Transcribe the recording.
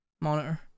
monitor